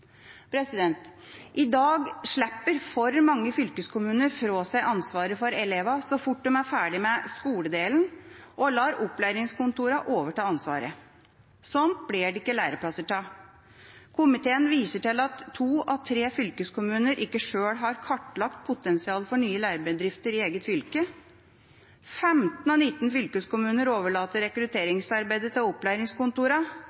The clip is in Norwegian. I dag slipper for mange fylkeskommuner fra seg ansvaret for elever så fort de er ferdige med skoledelen, og lar opplæringskontorene overta ansvaret. Sånt blir det ikke læreplasser av. Komiteen viser til at to av tre fylkeskommuner ikke selv har kartlagt potensialet for nye lærebedrifter i eget fylke. 15 av 19 fylkeskommuner overlater